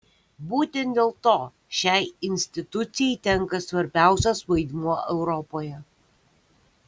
būtent dėl to šiai institucijai tenka svarbiausias vaidmuo europoje